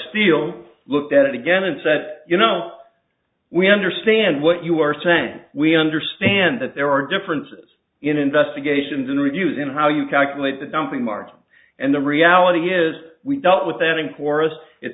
steel looked at it again and said you know we understand what you are saying we understand that there are differences in investigations in reviews in how you calculate the dumping margin and the reality is we dealt with that in chorus it